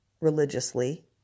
religiously